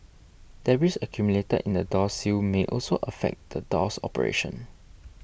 Debris accumulated in the door sill may also affect the door's operation